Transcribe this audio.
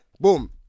Boom